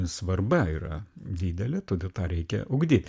svarba yra didelė todėl tą reikia ugdyt